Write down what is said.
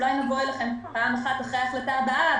אולי נבוא אליכם פעם אחת אחרי ההחלטה הבאה,